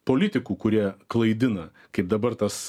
politikų kurie klaidina kaip dabar tas